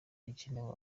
igikenewe